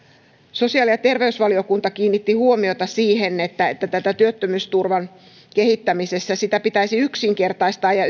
sosiaali ja terveysvaliokunta kiinnitti huomiota siihen että että työttömyysturvan kehittämisessä sitä pitäisi yksinkertaistaa ja